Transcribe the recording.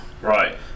right